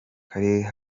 kari